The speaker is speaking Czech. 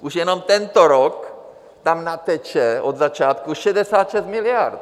Už jenom tento rok tam nateče od začátku 66 miliard.